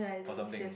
or something